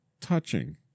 touching